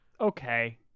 Okay